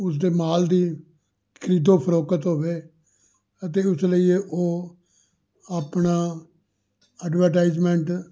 ਉਸਦੇ ਮਾਲ ਦੀ ਖਰੀਦੋ ਫਰੋਖਤ ਹੋਵੇ ਅਤੇ ਉਸ ਲਈ ਉਹ ਆਪਣਾ ਐਡਵਰਟਾਈਜਮੈਂਟ